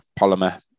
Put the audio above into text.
polymer